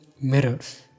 mirrors